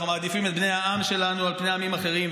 אנחנו מעדיפים את בני העם שלנו על פני עמים אחרים,